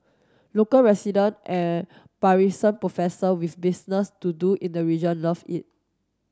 local resident and Parisian professor with business to do in the region love it